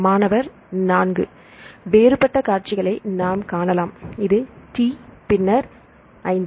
மாணவர் 4 வேறுபட்ட காட்சிகளை நாம் காணலாம் இது டி பின்னர் 5